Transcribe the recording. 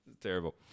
terrible